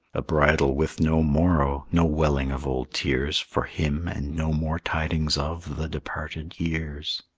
a bridal with no morrow, no welling of old tears, for him, and no more tidings of the departed years!